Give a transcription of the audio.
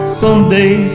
someday